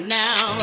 now